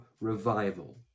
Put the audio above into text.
revival